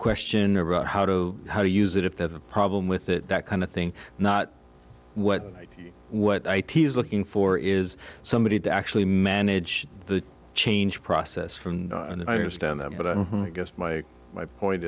question about how to how to use it if they have a problem with it that kind of thing not what what i t's looking for is somebody to actually manage the change process from and i understand that but i guess my my point